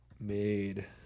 Made